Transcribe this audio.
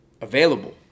Available